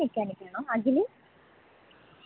ആ എന്താണ് രമ്യയാണോ